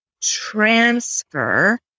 Transfer